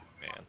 Man